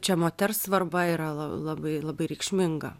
čia moters svarba yra la labai labai reikšminga